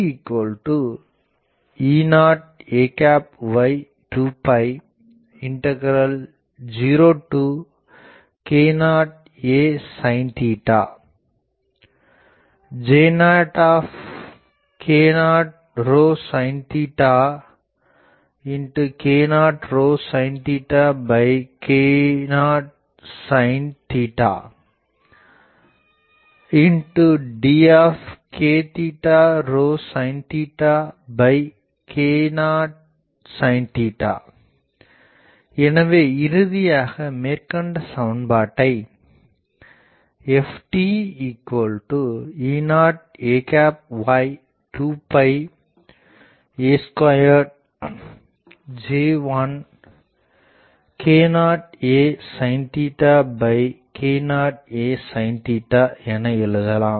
ftE0ay2 0k0a sin J0 k0 sin k0 sin d k0 sin எனவே இறுதியாக மேற்கண்ட சமன்பாட்டை ftE0ay2 a2J1k0a sin k0a sin என எழுதலாம்